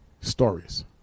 stories